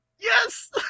Yes